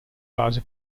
base